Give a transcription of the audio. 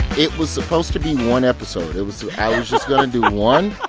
it was supposed to be one episode. it was i was just going to do one